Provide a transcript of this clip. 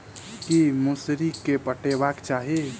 की मौसरी केँ पटेबाक चाहि?